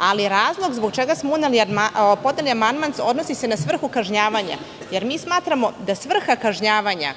ali razlog zbog čega smo podneli amandman, odnosi se na svrhu kažnjavanja, jer mi smatramo da svrha kažnjavanja